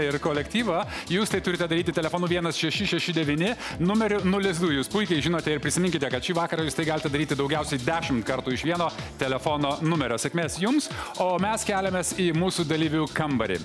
ir kolektyvą jūs tai turite daryti telefonu vienas šeši šeši devyni numeriu nulis du jūs puikiai žinote ir prisiminkite kad šį vakarą jūs tai galite padaryti daugiausiai dešimt kartų iš vieno telefono numerio sėkmės jums o mes keliamės į mūsų dalyvių kambarį